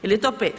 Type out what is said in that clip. Je li to 5?